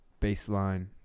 baseline